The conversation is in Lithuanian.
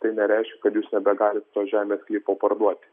tai nereiškia kad jūs nebegalit žemės sklypo parduoti